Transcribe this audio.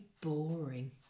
boring